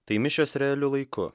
tai mišios realiu laiku